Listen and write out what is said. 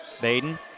Baden